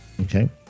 Okay